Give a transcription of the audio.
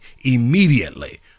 immediately